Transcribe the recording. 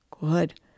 Good